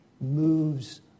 moves